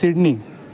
Sydney